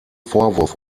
vorwurf